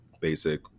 Basic